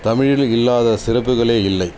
தமிழில் இல்லாத சிறப்புகளே இல்லை